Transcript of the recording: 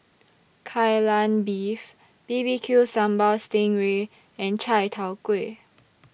Kai Lan Beef B B Q Sambal Sting Ray and Chai Tow Kway